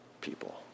people